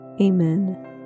Amen